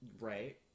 Right